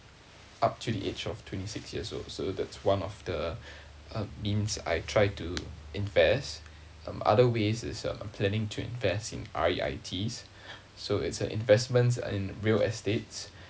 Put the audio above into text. up to the age of twenty six years old so that's one of the uh means I try to invest and other ways is uh planning to invest in R_E_I_Ts so it's a investments in real estate